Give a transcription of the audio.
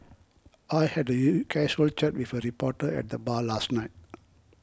I had you casual chat with a reporter at the bar last night